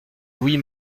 louis